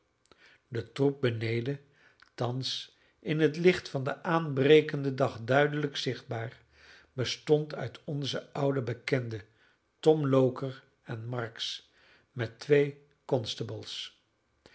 de troep beneden thans in het licht van den aanbrekenden dag duidelijk zichtbaar bestond uit onze oude bekenden tom loker en marks met twee